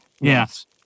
yes